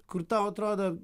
kur tau atrodo